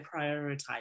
prioritize